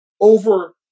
over